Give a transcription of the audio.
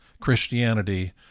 Christianity